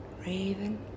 raven